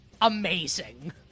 amazing